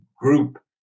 group